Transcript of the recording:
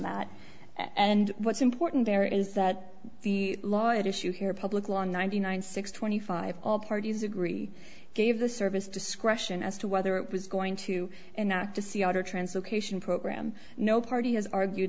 that and what's important there is that the law at issue here public law ninety nine six twenty five all parties agree gave the service discretion as to whether it was going to and not to see order translocation program no party has argue